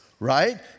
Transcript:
right